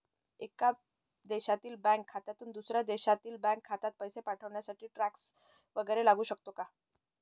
एका देशातील बँक खात्यातून दुसऱ्या देशातील बँक खात्यात पैसे पाठवण्यासाठी टॅक्स वैगरे लागू शकतो का?